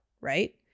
right